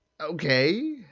Okay